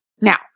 Now